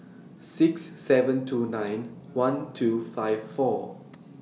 six seven two nine one two five four